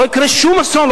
לא יקרה שום אסון.